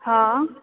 हा